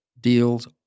deals